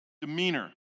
demeanor